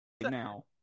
now